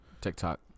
TikTok